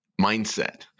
mindset